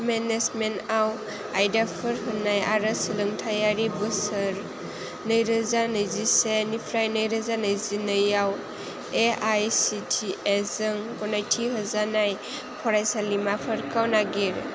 मेनेजमेन्टआव आयदाफोर होनाय आरो सोलोंथायारि बोसोर नै रोजा नैजिसेनिफ्राइ नै रोजा नैजिनै आव एआइसिटिए जों गनायथि होजानाय फरायसालिमाफोरखौ नागिर